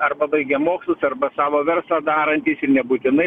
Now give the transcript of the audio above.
arba baigę mokslus arba savo verslą darantys ir nebūtinai